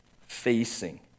facing